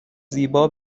زیبا